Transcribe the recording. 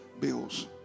bills